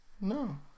No